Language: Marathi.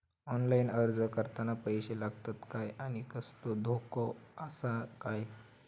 ऑनलाइन अर्ज करताना पैशे लागतत काय आनी कसलो धोको आसा काय?